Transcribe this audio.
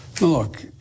look